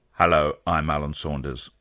hello, i'm alan saunders,